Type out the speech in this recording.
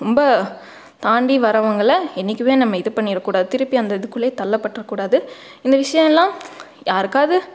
ரொம்ப தாண்டி வரவங்களை என்னைக்குமே நம்ம இது பண்ணிவிட கூடாது திருப்பி அந்த இதுக்குள்ளேயே தள்ளப்பட்டுற கூடாது இந்த விஷயம்லாம் யாருக்காவது